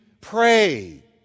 pray